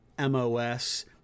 mos